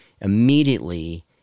immediately